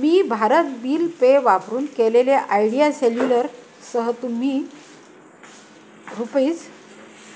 मी Bharat bill pay वापरून केलेले Idea सेल्युलरसह तुम्ही रुपीज